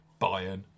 Bayern